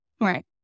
right